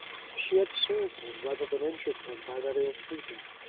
she had served him rather than injured him by that ill-treatment.